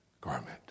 garment